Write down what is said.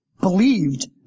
believed